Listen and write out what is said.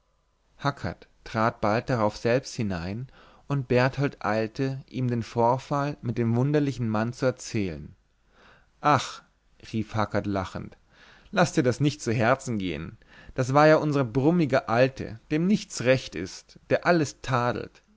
hackert trat bald darauf selbst hinein und berthold eilte ihm den vorfall mit dem wunderlichen mann zu erzählen ach rief hackert lachend laß dir das ja nicht zu herzen gehen das war ja unser brummige alte dem nichts recht ist der alles tadelt